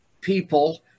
people